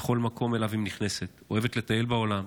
בכל מקום שאליו היא נכנסת, אוהבת לטייל בעולם,